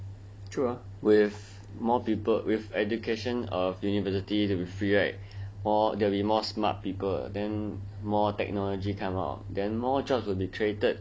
true ah with more people with education or university to be free right there will be more smart people then more technology come out then more jobs will be created